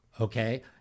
Okay